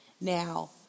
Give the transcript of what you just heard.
Now